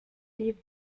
die